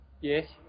yes